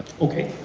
okay,